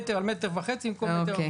מטר על מטר וחצי, במקום 1.40 מטר.